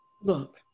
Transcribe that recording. look